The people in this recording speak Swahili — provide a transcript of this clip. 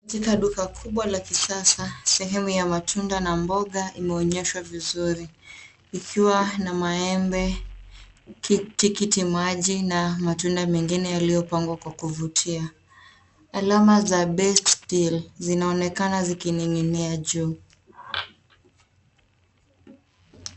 Katika duka kubwa la kisasa, sehemu ya matunda na mboga imeonyeshwa vizuri ikiwa na maembe, tikiti maji na matunda mengine yaliyopangwa kwa kuvutia. Alama za best deal zinaonekana zikining'inia juu.